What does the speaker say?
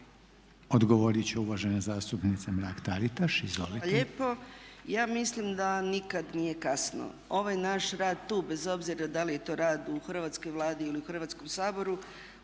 Odgovorit će uvažena zastupnica Mrak-Taritaš.